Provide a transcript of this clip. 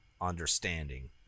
understanding